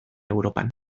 europan